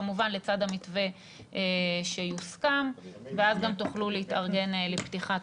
כמובן לצד המתווה שיוסכם ואז גם תוכלו להתארגן לפתיחה.